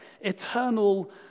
eternal